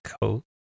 coat